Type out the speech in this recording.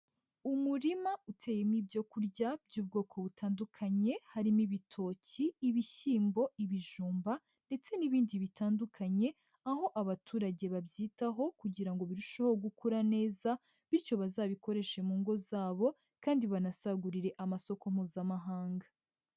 Umurima uteyemo ibyo kurya by'ubwoko butandukanye harimo ibitoki, ibishyimbo, ibijumba, ndetse n'ibindi bitandukanye. Aho abaturage babyitaho kugira ngo birusheho gukura neza, bityo bazabikoreshe mu ngo zabo kandi banasagurire amasoko mpuzamahanga.